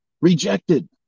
Rejected